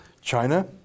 China